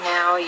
Now